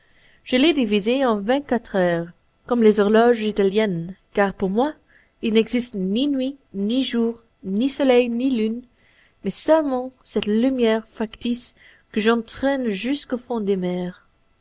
je l'ai divisée en vingt-quatre heures comme les horloges italiennes car pour moi il n'existe ni nuit ni jour ni soleil ni lune mais seulement cette lumière factice que j'entraîne jusqu'au fond des mers